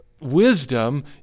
wisdom